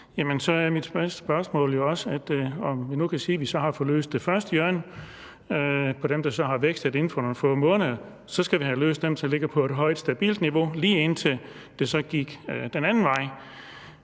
mit spørgsmål jo også, om vi nu kan sige, at vi så har fået løst det første hjørne for dem, der så har vækstet inden for nogle få måneder. Så skal vi have løst det for dem, som lå på et højt, stabilt niveau, lige indtil det så gik den anden vej.